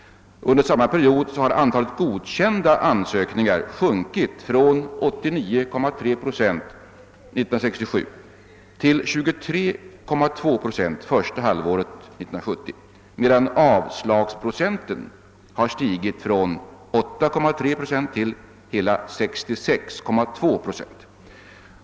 Under samma period har antalet godkända ansökningar sjunkit från 89,3 procent år 1967 till 23,2 procent första halvåret 1970, medan avslagsprocenten har stigit från 8,3 till hela 66,2 procent.